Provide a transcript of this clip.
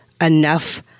enough